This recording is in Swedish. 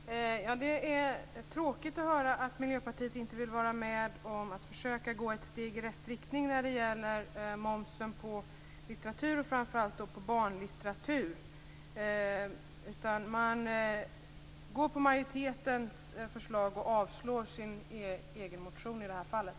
Herr talman! Det är tråkigt att höra att Miljöpartiet inte vill vara med och försöka gå ett steg i rätt riktning när det gäller momsen på litteratur, och framför allt på barnlitteratur. Man går på majoritetens förslag och avstyrker sin egen motion i det här fallet.